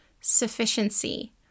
sufficiency